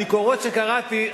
הביקורות שקראתי,